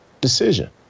decision